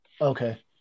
okay